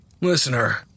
Listener